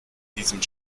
diesem